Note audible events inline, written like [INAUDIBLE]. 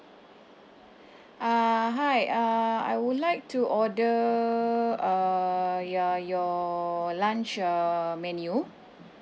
[BREATH] uh hi uh I would like to order uh your your lunch uh menu